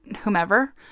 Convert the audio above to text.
whomever